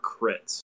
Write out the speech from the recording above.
crits